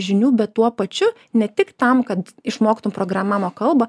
žinių bet tuo pačiu ne tik tam kad išmoktum programavimo kalbą